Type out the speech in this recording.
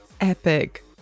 epic